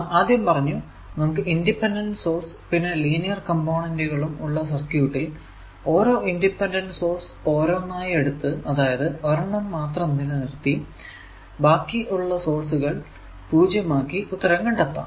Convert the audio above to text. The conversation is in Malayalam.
നാം ആദ്യം പറഞ്ഞു നമുക്ക് ഇൻഡിപെൻഡന്റ് സോഴ്സ് പിന്നെ ലീനിയർ കംപോണന്റുകളും ഉള്ള സർക്യൂട്ടിൽ ഓരോ ഇൻഡിപെൻഡന്റ് സോഴ്സ് ഓരോന്നായി എടുത്തു അതായതു ഒരെണ്ണം മാത്രം നിലനിർത്തി ബാക്കി ഉള്ള സോഴ്സുകൾ 0 ആക്കി ഉത്തരം കണ്ടെത്താം